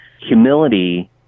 Humility